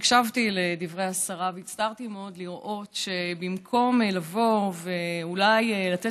הקשבתי לדברי השרה והצטערתי מאוד לראות שבמקום לבוא ואולי לתת